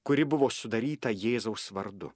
kuri buvo sudaryta jėzaus vardu